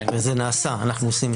וזה נעשה, אנחנו עושים את זה.